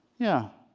yeah.